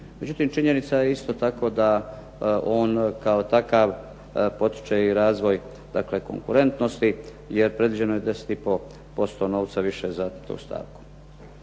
Međutim, činjenica je isto tako da on kao takav potiče i razvoj, dakle konkurentnosti jer predviđeno je 10 i pol posto više novca za tu stavku.